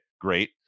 great